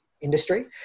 industry